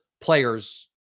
players